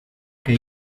que